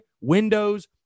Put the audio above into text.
windows